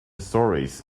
stories